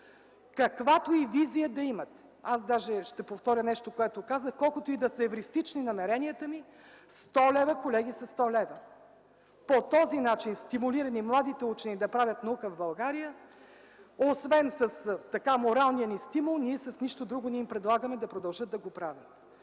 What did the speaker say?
Каквато и визия да имат, аз даже ще повторя нещо, което казах, колкото и да са евристични намеренията ми, 100 лв., колеги, са си 100 лв. По този начин, стимулирани младите учени да правят наука в България, освен с моралния ни стимул, ние с нищо друго не им предлагаме да продължат да го правят.